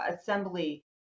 assembly